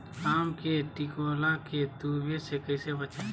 आम के टिकोला के तुवे से कैसे बचाई?